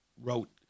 wrote